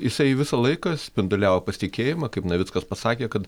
jisai visą laiką spinduliavo pasitikėjimą kaip navickas pasakė kad